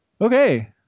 Okay